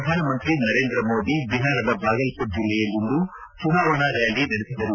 ಪ್ರಧಾನಮಂತ್ರಿ ನರೇಂದ್ರ ಮೋದಿ ಬಿಹಾರದ ಬಾಗಲ್ಮರ್ ಜಿಲ್ಲೆಯಲ್ಲಿಂದು ಚುನಾವಣಾ ರ್ನಾಲಿ ನಡೆಸಿದರು